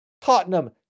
Tottenham